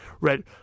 read